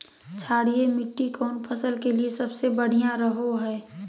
क्षारीय मिट्टी कौन फसल के लिए सबसे बढ़िया रहो हय?